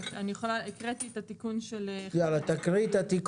תקרא את התיקונים.